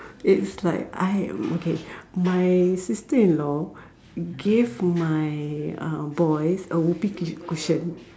it's like I am okay my sister in law gave my uh boys a Whoopee cushion